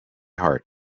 heart